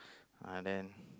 uh then